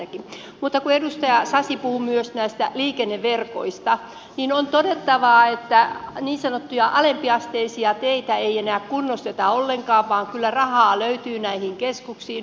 mutta kun edustaja sasi puhui myös näistä liikenneverkoista on todettava että niin sanottuja alempiasteisia teitä ei enää kunnosteta ollenkaan vaikka kyllä rahaa löytyy näihin keskuksiin